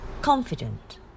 confident